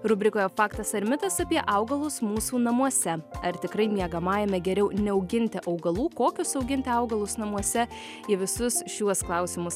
rubrikoje faktas ar mitas apie augalus mūsų namuose ar tikrai miegamajame geriau neauginti augalų kokius auginti augalus namuose į visus šiuos klausimus